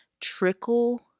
trickle